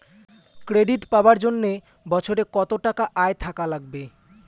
Credit পাবার জন্যে বছরে কত টাকা আয় থাকা লাগবে?